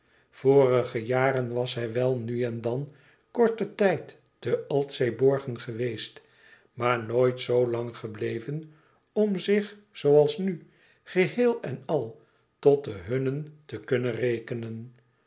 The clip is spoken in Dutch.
vorige jaren was hij wel nu en dan korten tijd te altseeborgen geweest maar nooit zo lang gebleven om zich zooals nu geheel en al tot de hunnen te kunnen rekenen